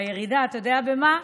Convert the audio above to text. הירידה, אתה יודע במה?